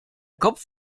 kopf